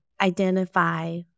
identify